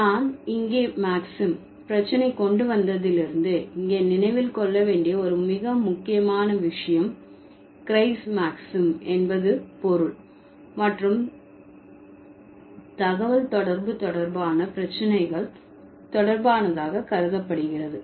நான் இங்கே மாக்ஸிம் பிரச்சினை கொண்டுவந்ததிலிருந்து இங்கே நினைவில் கொள்ள வேண்டிய ஒரு மிக முக்கியமான விஷயம் க்ரைஸ் மாக்ஸிம் என்பது பொருள் மற்றும் தகவல் தொடர்பு தொடர்பான பிரச்சினைகள் தொடர்பானதாக கருதப்படுகிறது